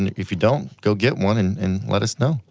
if you don't, go get one, and let us know.